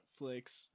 Netflix